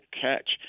catch